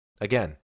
again